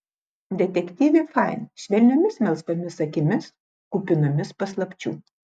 detektyvė fain švelniomis melsvomis akimis kupinomis paslapčių